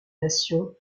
nations